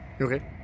okay